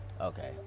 Okay